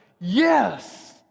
Yes